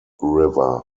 river